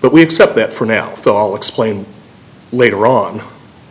but we accept that for now explain later on